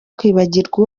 kwibagirwa